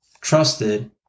trusted